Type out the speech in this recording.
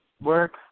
work